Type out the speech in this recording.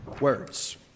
words